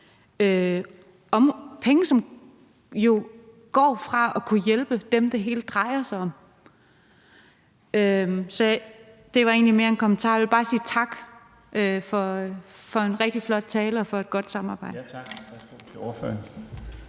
– penge, som jo går fra at kunne hjælpe dem, det hele drejer sig om. Det var egentlig mere en kommentar. Jeg vil bare sige tak for en rigtig flot tale og for et godt samarbejde.